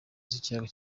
z’ikiyaga